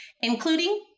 including